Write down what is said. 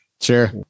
Sure